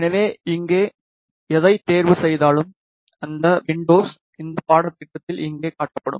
எனவே இங்கே எதைத் தேர்வுசெய்தாலும் அந்த வின்டோஸ் இந்த பாடத்திட்டத்தில் இங்கே காட்டப்படும்